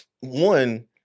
one